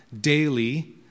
daily